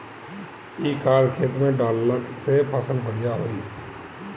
इ खाद खेत में डालला से फसल बढ़िया होई